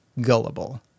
gullible